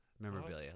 memorabilia